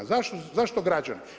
Zašto građani?